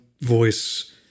voice